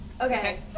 Okay